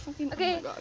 Okay